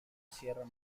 sierra